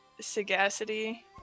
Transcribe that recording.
sagacity